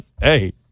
Hey